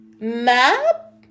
map